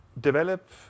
develop